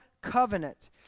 covenant